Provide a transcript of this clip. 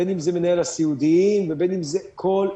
בין אם זה מנהל הסיעודיים ובין אם זה כל אחד.